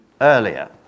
earlier